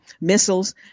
missiles